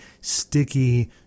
sticky